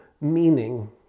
meaning